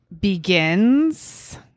begins